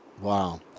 Wow